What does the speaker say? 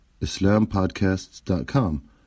islampodcasts.com